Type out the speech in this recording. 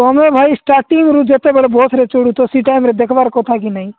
ତୁମେ ଭାଇ ଷ୍ଟାର୍ଟିଙ୍ଗରୁ ଯେତେବେଳେ ବସ୍ରେ ଚଢ଼ୁଛ ସେଇ ଟାଇମରେ ଦେଖିବାର କଥା କି ନାଇ